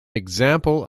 example